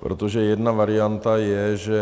Protože jedna varianta je, že